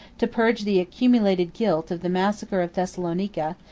to purge the accumulated guilt of the massacre of thessalonica,